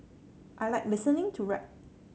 I like listening to rap